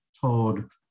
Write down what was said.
told